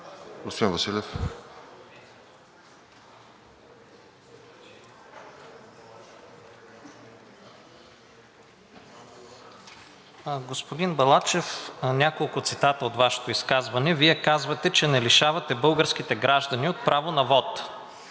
Господин Балачев, няколко цитата от Вашето изказване. Вие казвате, че не лишавате българските граждани от право на вот.